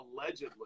Allegedly